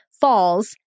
falls